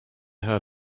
heard